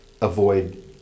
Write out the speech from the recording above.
avoid